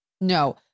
no